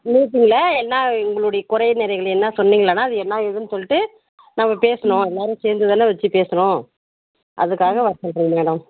மீட்டிங்கில் என்ன உங்களுடைய குற நிறைகளை எல்லாம் சொன்னிங்களான்னா அது என்ன ஏதுன்னு சொல்லிவிட்டு நம்ம பேசணும் எல்லாரும் சேர்ந்து தான வச்சு பேசணும் அதற்காக வர சொல்லுறேன் மேடம்